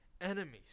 enemies